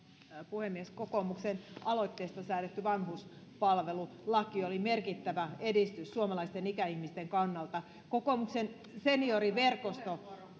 puhemies kokoomuksen aloitteesta säädetty vanhuspalvelulaki oli merkittävä edistys suomalaisten ikäihmisten kannalta kokoomuksen senioriverkosto